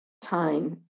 time